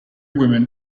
women